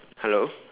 hello